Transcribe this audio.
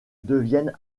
deviennent